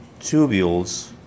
tubules